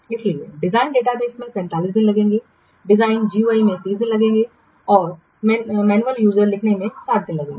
इसलिए design database में 45 दिन लगेंगे डिजाइन जीयूआई में 30 दिन लगेंगे और मैन यूजर मैनुअल लिखने में 60 दिन लगेंगे